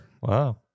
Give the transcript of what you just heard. Wow